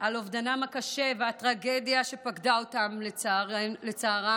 על אובדנם הקשה והטרגדיה שפקדה אותם, לצערם,